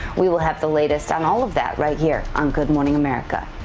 we will have the latest on all of that right here on good morning america.